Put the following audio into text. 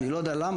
אני לא יודע למה,